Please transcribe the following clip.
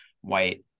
white